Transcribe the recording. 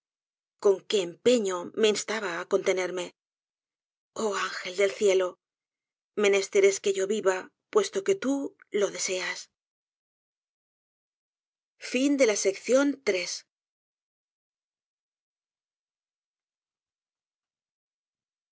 con qué empeño me instaba á contenerme oh ángel del cielo menester es que yo viva puesto que tú lo deseas